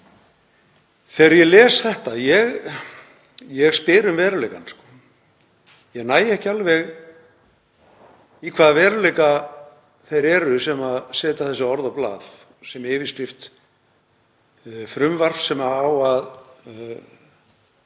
orð. Þegar ég les þetta — ég spyr um veruleikann. Ég næ ekki alveg í hvaða veruleika þeir eru sem setja þessi orð á blað sem yfirskrift frumvarps sem á að